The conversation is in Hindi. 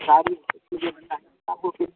आपको फिर